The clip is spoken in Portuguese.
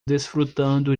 desfrutando